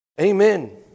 Amen